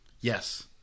Yes